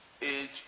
age